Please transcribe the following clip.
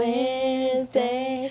Wednesday